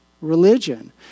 religion